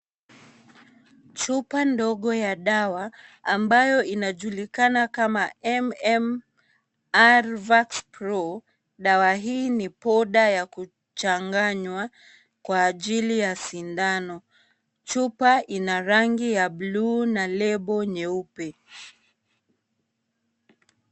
Chupa ndogo ya dawa ambayo inajulikana kama MMR vax pro. Dawa hii ni poda ya kuchanganywa kwa ajili ya sindano. Chupa ina rangi ya buluu na lebo nyeupe.